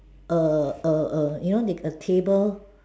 err err err you know they a table